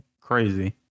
crazy